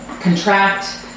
contract